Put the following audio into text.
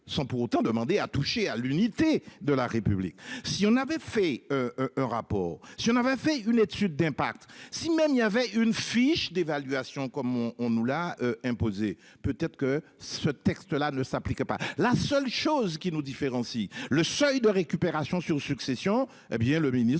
sans pour autant demander à toucher à l'unité de la République. Si on avait fait. Un rapport si on avait fait une étude d'impact, si même il y avait une fiche d'évaluation comme on on nous l'a imposée. Peut-être que ce texte là ne s'applique pas. La seule chose qui nous différencie le seuil de récupération sur succession hé bien le ministre